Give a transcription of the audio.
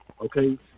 Okay